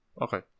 Okay